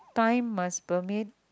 time must permit